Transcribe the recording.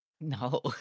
No